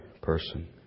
person